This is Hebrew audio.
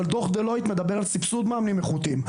אבל דו"ח דלוייט מדבר על סיבסוד מאמנים איכותיים.